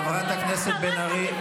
חברת הכנסת בן ארי.